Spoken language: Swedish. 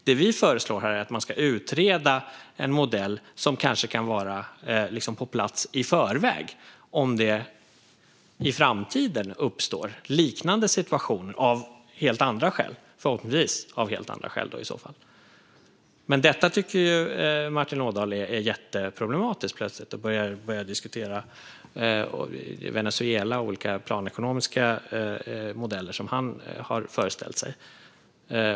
Det vi föreslår är att man ska utreda en modell som kanske kan vara på plats i förväg, om det i framtiden uppstår en liknande situation och förhoppningsvis av helt andra skäl i så fall. Men Martin Ådahl tycker plötsligt att detta är jätteproblematiskt, och han börjar diskutera Venezuela och olika planekonomiska modeller som han har föreställt sig.